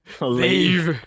leave